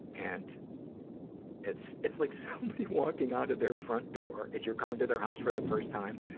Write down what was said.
and it's it's like somebody walking out of their front door as you come into their house for the first time,